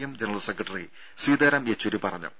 M general secretary Sitaram Yechury പറഞ്ഞു